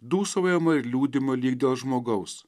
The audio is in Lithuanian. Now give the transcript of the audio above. dūsaujama ir liūdima lyg dėl žmogaus